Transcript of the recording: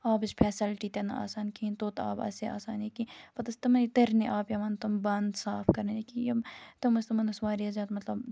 آبٕچ فیسَلٹی تہِ نہٕ آسان کِہیٖنۍ توٛت آب آسہِ ہا آسان یا کیٚنٛہہ پَتہٕ ٲسۍ تِمے تٕرنہِ آبہٕ پیٚوان تِم بانہٕ صاف کَرٕنۍ یا کیٚنٛہہ یِم تِم ٲسۍ تِمَن ٲس واریاہ زیادٕ مطلب